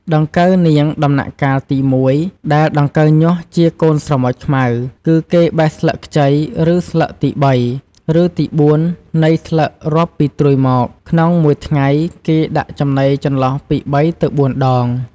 ដង្កូវនាងដំណាក់កាលទី១ ដែលដង្កូវញាស់ជាកូនស្រមោចខ្មៅ គឺគេបេះស្លឹកខ្ចី ឬស្លឹកទី៣ ឬទី៤ នៃស្លឹក រាប់ពីត្រួយមក ក្នុងមួយថ្ងៃគេដាក់ចំណីចន្លោះពី៣ ទៅ៤ដង។